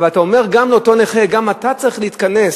אבל אתה אומר לאותו נכה: גם אתה צריך להתכנס